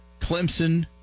Clemson